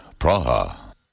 Praha